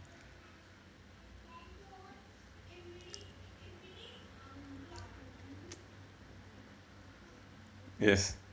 yes